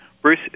Bruce